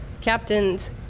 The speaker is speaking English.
Captains